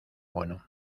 bueno